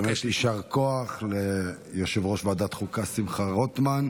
באמת יישר כוח ליושב-ראש ועדת חוקה שמחה רוטמן.